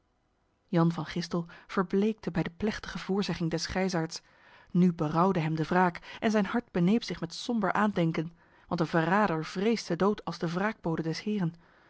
jan van gistel verbleekte bij de plechtige voorzegging des grijsaards nu berouwde hem de wraak en zijn hart beneep zich met somber aandenken want een verrader vreest de dood als de wraakbode des heren